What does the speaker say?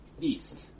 east